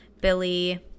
Billy